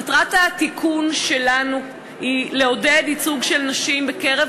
מטרת התיקון שלנו היא לעודד ייצוג של נשים בקרב